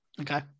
Okay